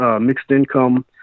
mixed-income